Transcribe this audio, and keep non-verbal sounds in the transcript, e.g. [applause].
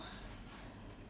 [breath]